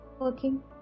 working